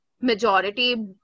majority